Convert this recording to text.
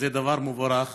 וזה דבר מבורך,